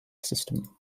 system